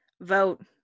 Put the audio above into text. Vote